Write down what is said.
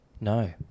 No